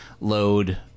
load